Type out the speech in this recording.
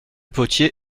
potier